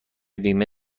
بیمه